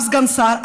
אף סגן שר,